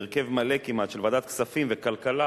בהרכב מלא כמעט של ועדת כספים וכלכלה,